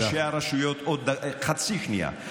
עוד חצי שנייה.